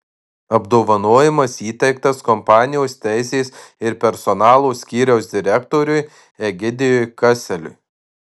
apdovanojimas įteiktas kompanijos teisės ir personalo skyriaus direktoriui egidijui kaseliui